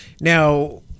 Now